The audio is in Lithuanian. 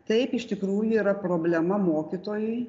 taip iš tikrųjų yra problema mokytojui